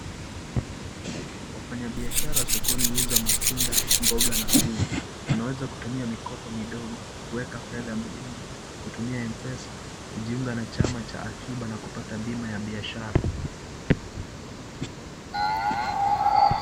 Wafanyabiashara sokoni huuza matunda, mboga na nguo. Tunaweza kutumia mikopo midogo kueka fedha benki, kutumia Mpesa, kujiunga na chama cha akiba na kupata bima ya biashara